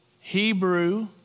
Hebrew